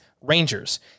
Rangers